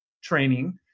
training